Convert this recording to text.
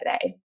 today